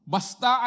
Basta